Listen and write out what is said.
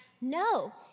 No